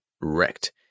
wrecked